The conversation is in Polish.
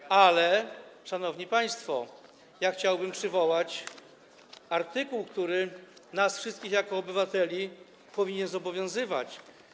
Ale, szanowni państwo, ja chciałbym przywołać artykuł, który nas wszystkich jako obywateli powinien obowiązywać.